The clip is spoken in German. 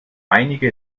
einige